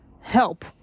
help